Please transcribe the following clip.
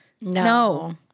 No